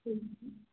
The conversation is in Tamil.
சரிங்க சார்